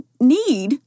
need